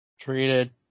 Treated